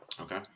okay